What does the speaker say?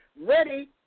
ready